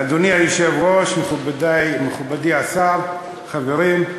אדוני היושב-ראש, מכובדי השר, חברים,